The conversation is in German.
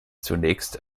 zunächst